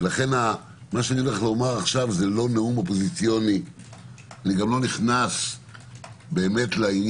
לכן מה שאומר עכשיו זה לא נאום אופוזיציוני ולא נכנס לעניין,